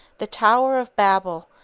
the tower of babel,